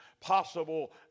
possible